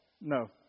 No